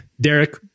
Derek